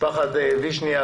משפחת וישניאק,